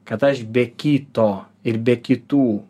kad aš be kito ir be kitų